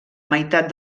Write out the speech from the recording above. meitat